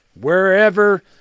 wherever